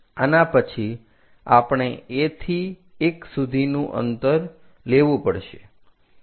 આના પછી આપણે A થી 1 સુધીનું અંતર લેવું પડશે